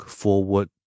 forward